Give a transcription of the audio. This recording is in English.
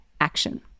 action